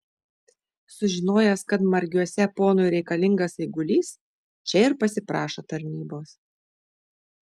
sužinojęs kad margiuose ponui reikalingas eigulys čia ir pasiprašo tarnybos